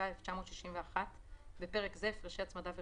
התשכ"א-1961 (בפרק זה הפרשי הצמדה וריבית),